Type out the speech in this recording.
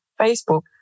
Facebook